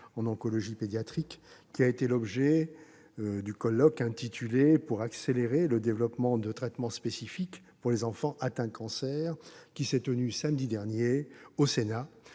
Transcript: en oncologie pédiatrique qui a été l'objet du colloque intitulé « Pour accélérer le développement de traitements spécifiques pour les enfants atteints de cancer », qui s'est tenu samedi dernier au Sénat